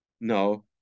No